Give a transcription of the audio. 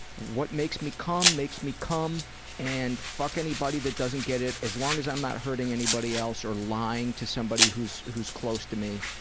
what makes me cum makes me cum and fuck anybody that doesn't get it, as long as i'm not hurting anybody else or lying to somebody who's who's close to me,